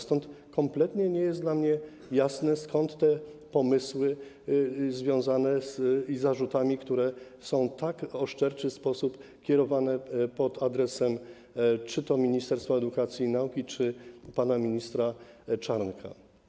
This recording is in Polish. Stąd kompletnie nie jest dla mnie jasne, skąd te pomysły związane z zarzutami, które są w tak oszczerczy sposób kierowane pod adresem czy to Ministerstwa Edukacji i Nauki, czy pana ministra Czarnka.